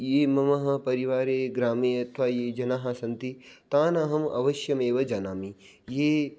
ये मम परिवारे ग्रामे अथवा ये जनाः सन्ति तान् अहम् अवश्यमेव जानामि ये